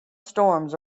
storms